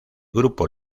grupo